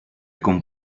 con